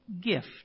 gift